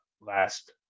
last